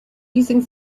using